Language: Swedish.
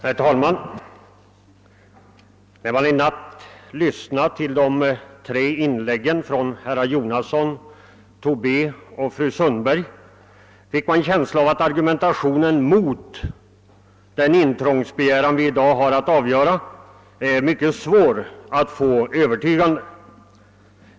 Herr talman! När man i natt lyssnade till de tre inläggen av herrar Jonasson och Tobé samt fru Sundberg fick man en känsla av att det är svårt att göra argumentationen mot den intrångsbegäran vi i dag har att avgöra fullt övertygande.